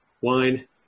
wine